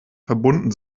verbunden